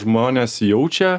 žmonės jaučia